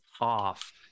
off